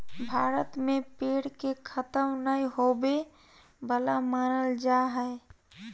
भारत में पेड़ के खतम नय होवे वाला मानल जा हइ